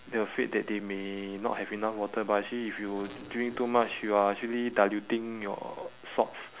they're afraid that they may not have enough water but actually if you drink too much you are actually diluting your salts